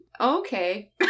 Okay